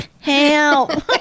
Help